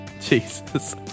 Jesus